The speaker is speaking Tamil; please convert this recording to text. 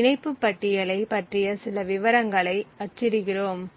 இணைப்பு பட்டியலைப் பற்றிய சில விவரங்களை அச்சிடுகிறோம்